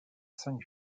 cinq